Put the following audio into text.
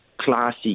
classy